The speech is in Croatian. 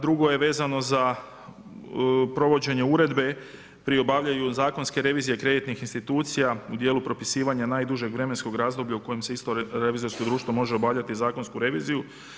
Drugo je vezano za provođenje uredbe pri obavljanju zakonske revizije kreditnih institucija u dijelu propisivanja najdužeg vremenskog razdoblja u kojem isto revizorsko društvo može obavljati zakonsku reviziju.